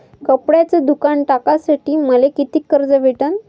कपड्याचं दुकान टाकासाठी मले कितीक कर्ज भेटन?